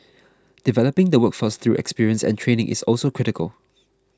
developing the workforce through experience and training is also critical